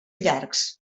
llargs